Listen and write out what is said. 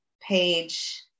page